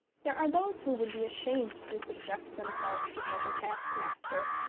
there are those who would be ashamed to subject themselves to such a taskmaster,